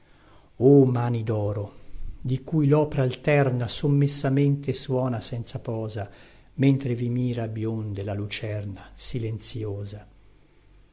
mani doro di cui lopra alterna sommessamente suona senza posa mentre vi mira bionde la lucerna silenzïosa